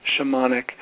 shamanic